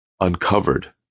uncovered